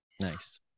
Nice